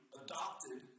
adopted